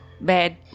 Bad